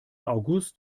august